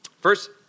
First